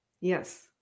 Yes